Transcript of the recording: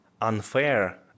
unfair